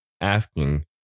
asking